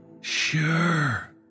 sure